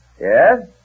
Yes